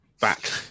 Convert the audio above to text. back